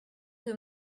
que